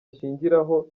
ashingiraho